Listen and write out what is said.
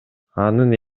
анын